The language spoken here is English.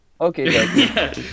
Okay